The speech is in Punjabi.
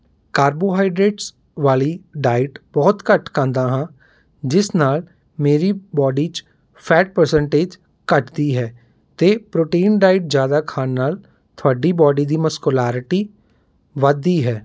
ਕਾਰਬੋਹਾਈਡਰੇਟਸ ਵਾਲੀ ਡਾਈਟ ਬਹੁਤ ਘੱਟ ਖਾਂਦਾ ਹਾਂ ਜਿਸ ਨਾਲ ਮੇਰੀ ਬੌਡੀ 'ਚ ਫੈਟ ਪ੍ਰਸੈਂਟੇਜ ਘੱਟਦੀ ਹੈ ਅਤੇ ਪ੍ਰੋਟੀਨ ਡਾਈਟ ਜ਼ਿਆਦਾ ਖਾਣ ਨਾਲ ਤੁਹਾਡੀ ਬੌਡੀ ਦੀ ਮਸਕੁਲੈਰੀਟੀ ਵੱਧਦੀ ਹੈ